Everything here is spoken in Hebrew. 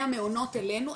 מהמעונות אלינו,